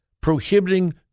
prohibiting